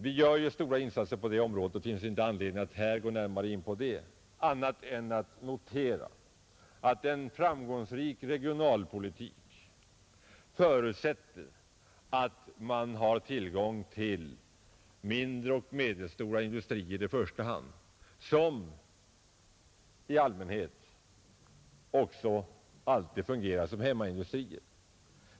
Vi gör stora insatser på detta område, och det finns inte nu anledning att närmare gå in på den saken i annan mån än att vi noterar, att en framgångsrik regionalpolitik förutsätter att man har tillgång till i första hand mindre och medelstora industrier, vilka i allmänhet fungerar som hemmaindustrier.